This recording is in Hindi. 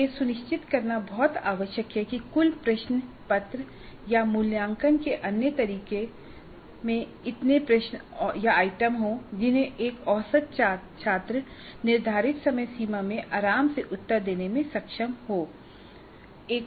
यह सुनिश्चित करना बहुत आवश्यक है कि कुल प्रश्न पत्र या मूल्यांकन के अन्य तरीके में इतने प्रश्न या आइटम हो जिन्हे एक औसत छात्र निर्धारित समय सीमा में आराम से उत्तर देने में सक्षम होना चाहिए